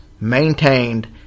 maintained